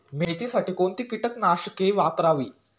मेथीसाठी कोणती कीटकनाशके वापरावी?